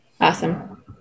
Awesome